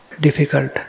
difficult